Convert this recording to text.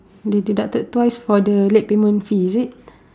they deducted twice for the late payment fee is it